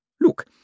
Look